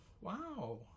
wow